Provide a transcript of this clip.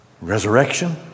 resurrection